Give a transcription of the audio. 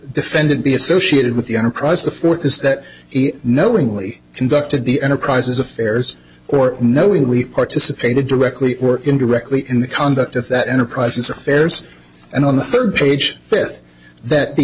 defendant be associated with the enterprise the fourth is that he knowingly conducted the enterprises affairs or knowingly participated directly or indirectly in the conduct of that enterprises affairs and on the third page fifth that the